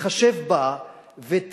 תתחשב בה ותסתכל,